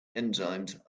enzymes